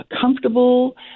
comfortable